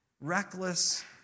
reckless